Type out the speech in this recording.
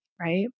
Right